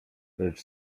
lecz